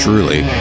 Truly